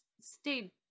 stayed